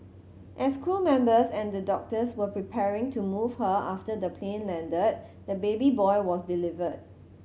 as crew members and the doctors were preparing to move her after the plane landed the baby boy was delivered